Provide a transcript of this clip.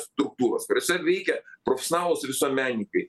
struktūros kuriose veikia profesionalūs visuomenininkai